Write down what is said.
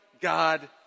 God